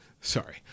Sorry